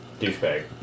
douchebag